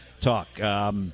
talk